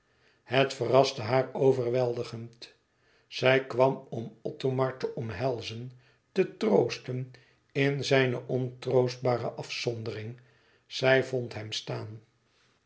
het verraste haar overweldigend zij kwam om othomar te omhelzen te troosten in zijne ontroostbare afzondering zij vond hem staan